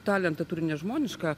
talentą turi nežmonišką